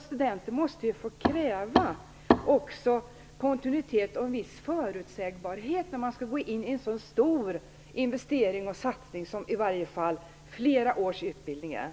Studenter måste få kräva en viss kontinuitet och förutsägbarhet när de går in i en så stor satsning som flera års studier innebär.